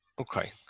okay